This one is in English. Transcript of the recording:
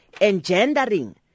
engendering